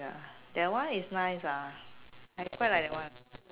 ya that one is nice ah I quite like that one